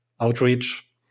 outreach